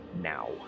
now